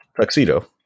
Tuxedo